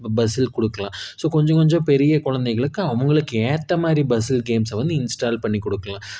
பசில் கொடுக்கலாம் ஸோ கொஞ்சம் கொஞ்சம் பெரிய குழந்தைகளுக்கு அவர்களுக்கு ஏற்றமாரி பசில் கேம்ஸை வந்து இன்ஸ்டால் பண்ணிக்கொடுக்கலாம்